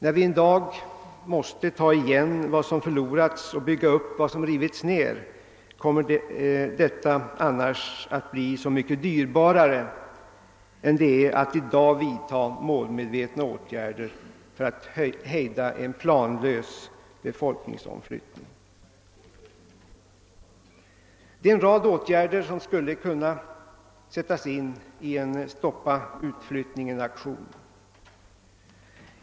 Om vi en dag måste ta igen vad som förlorats och bygga upp vad som rivits ned kommer detta att bli mycket dyrbarare än att i dag vidta målmedvetna åtgärder för att hejda en planlös befolkningsomflyttning. En rad åtgärder skulle kunna sättas in i en »stoppa-utflyttningen-aktion».